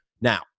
Now